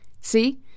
See